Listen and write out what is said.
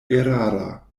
erara